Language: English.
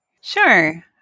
Sure